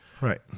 right